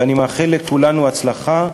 ואני מאחל לכולנו הצלחה,